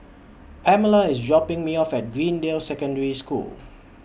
Pamella IS dropping Me off At Greendale Secondary School